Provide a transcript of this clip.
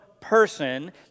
person